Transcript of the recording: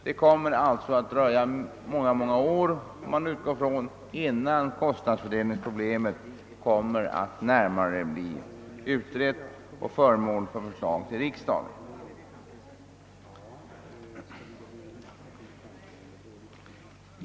Det kommer alltså att dröja åtskilliga år innan kostnadsfördelningsproblemet blir utrett och föremål för förslag till riksdagen.